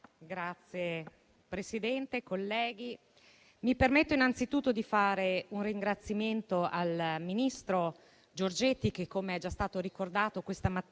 Presidente e colleghi, mi permetto innanzitutto di rivolgere un ringraziamento al ministro Giorgetti, che - come è già stato ricordato questa mattina